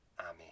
Amen